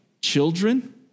children